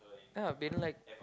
ya been like